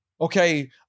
Okay